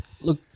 Look